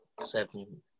seven